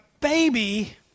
baby